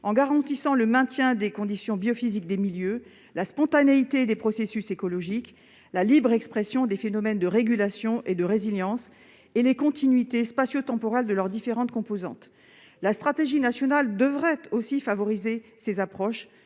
en garantissant le maintien des conditions biophysiques des milieux, la spontanéité des processus écologiques, la libre expression des phénomènes de régulation et de résilience et les continuités spatio-temporelles de leurs différentes composantes. La stratégie nationale devrait aussi favoriser ces approches